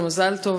ומזל טוב,